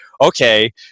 okay